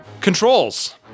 controls